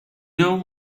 know